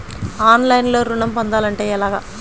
ఆన్లైన్లో ఋణం పొందాలంటే ఎలాగా?